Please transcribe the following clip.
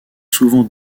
souvent